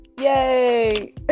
Yay